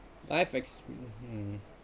I fixed